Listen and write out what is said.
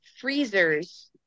freezers